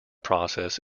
process